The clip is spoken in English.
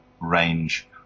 range